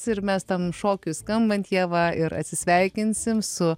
ir mes tam šokiui skambant ieva ir atsisveikinsim su